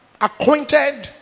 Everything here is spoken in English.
acquainted